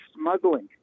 smuggling